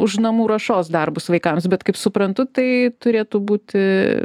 už namų ruošos darbus vaikams bet kaip suprantu tai turėtų būti